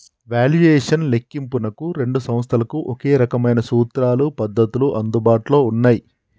valuation లెక్కింపునకు రెండు సంస్థలకు ఒకే రకమైన సూత్రాలు, పద్ధతులు అందుబాటులో ఉన్నయ్యి